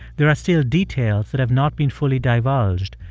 there are still details that have not been fully divulged,